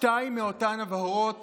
שתיים מאותן הבהרות